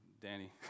Danny